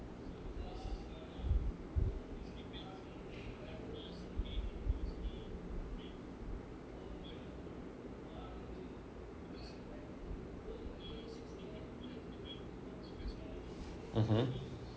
mmhmm